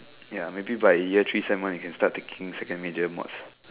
ya maybe but in year three seem one you can start taking second major in what's